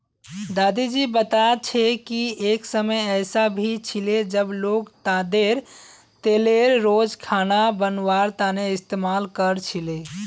दादी जी बता छे कि एक समय ऐसा भी छिले जब लोग ताडेर तेलेर रोज खाना बनवार तने इस्तमाल कर छीले